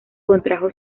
contrajo